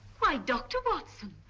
why doctor watson,